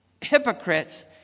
hypocrites